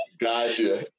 Gotcha